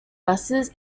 buses